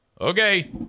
Okay